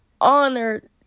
honored